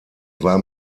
war